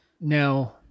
Now